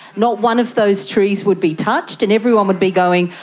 not one of those trees would be touched, and everyone would be going,